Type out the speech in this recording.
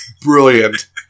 Brilliant